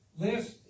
list